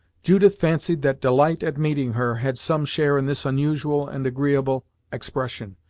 judith fancied that delight at meeting her had some share in this unusual and agreeable expression.